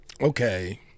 okay